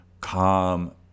calm